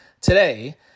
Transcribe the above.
today